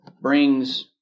brings